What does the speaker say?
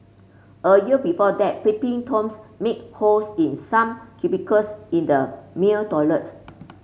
a year before that peeping Toms made holes in some cubicles in the male toilets